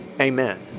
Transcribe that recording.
Amen